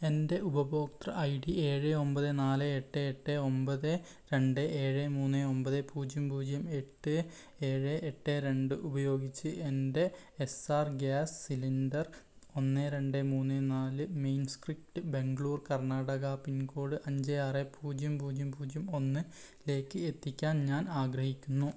എൻ്റെ ഉപഭോക്തൃ I D ഏഴ് ഒമ്പത് നാല് എട്ട് എട്ട് ഒമ്പത് രണ്ട് ഏഴ് മൂന്ന് ഒമ്പത് പൂജ്യം പൂജ്യം എട്ട് ഏഴ് എട്ട് രണ്ട് ഉപയോഗിച്ച് എൻ്റെ എസ് ആർ ഗ്യാസ് സിലിണ്ടർ ഒന്ന് രണ്ട് മൂന്ന് നാല് main street Bangalore Karnataka pin code അഞ്ച് ആറ് പൂജ്യം പൂജ്യം പൂജ്യം ഒന്ന് ലേക്ക് എത്തിക്കാൻ ഞാൻ ആഗ്രഹിക്കുന്നു